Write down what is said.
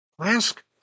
ask